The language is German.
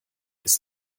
ist